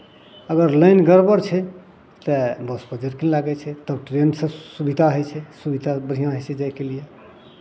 अगर लाइन गड़बड़ छै तऽ बसपर जरकिन लागै छै तब ट्रेनसँ सुविधा होइ छै सुविधा बढ़िआँ होइ छै जायके लिए